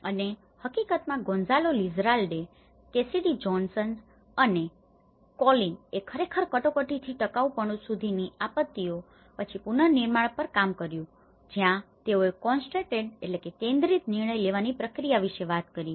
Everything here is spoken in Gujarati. અને હકીકતમાં Gonzalo Lizarralde Cassidy Johnson Cassidy Johnson અને કોલિન એ ખરેખર કટોકટીથી ટકાઉપણું સુધીની આપત્તિઓ પછી પુનર્નિર્માણ પર કામ કર્યું છે જ્યાં તેઓએ કોન્સનટ્રેટેડ concentrate કેન્દ્રિત નિર્ણય લેવાની પ્રક્રિયા વિશે વાત કરી છે